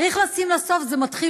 צריך לשים לה סוף, זה מתחיל